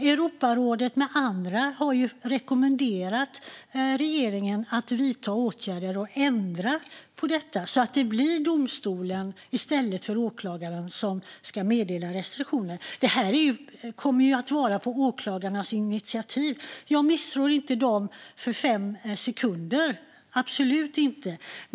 Europarådet och andra har rekommenderat regeringen att vidta åtgärder och ändra på detta så att det blir domstolen i stället för åklagaren som ska meddela restriktioner. Detta kommer att ske på åklagarnas initiativ. Jag misstror inte alls åklagarna.